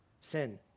sin